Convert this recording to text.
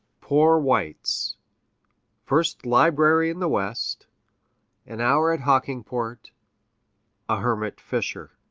poor whites first library in the west an hour at hockingport a hermit fisher.